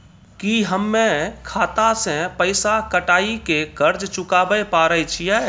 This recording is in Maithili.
की हम्मय खाता से पैसा कटाई के कर्ज चुकाबै पारे छियै?